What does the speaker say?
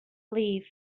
leave